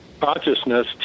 consciousness